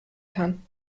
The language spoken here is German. kann